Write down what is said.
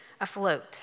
afloat